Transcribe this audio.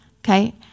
okay